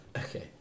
Okay